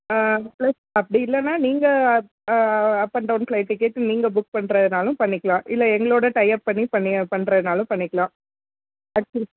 plus அப்படி இல்லைன்னா நீங்கள் up up and down flight ticket நீங்கள் புக் பண்ணுறதுனாலும் பண்ணிக்கலாம் இல்லை எங்களோட டையப் பண்ணி பண்ணிய பண்ணுறதுனாலும் பண்ணிக்கலாம்